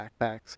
backpacks